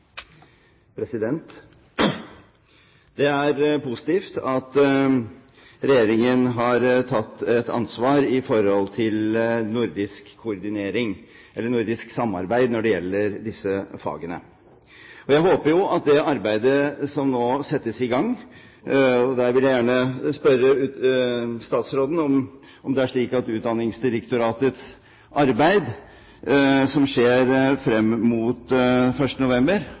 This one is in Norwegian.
positivt at regjeringen har tatt et ansvar i forhold til nordisk koordinering, eller nordisk samarbeid, når det gjelder disse fagene. Jeg vil gjerne spørre statsråden om det er slik at Utdanningsdirektoratets arbeid, som skjer frem mot 1. november, også er rettet inn mot det nordiske samarbeidet, og hva slags kontaktflate man der legger opp til. Jeg håper jo også at